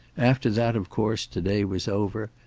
after that, of course, to-day was over,